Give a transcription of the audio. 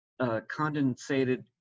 condensated